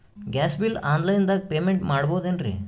Gas bill on line payment ಮಾಡಬೋದೇನ್ರಿ?